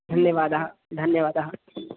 धन्यवादः धन्यवादः